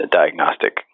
diagnostic